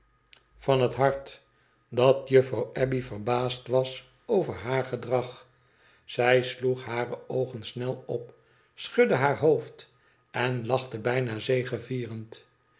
van het hart dat juffrouw abbey verbaasd was over haar gedrag zij sloeg hare oogen snel op schudde haar hoofd en lachte bijna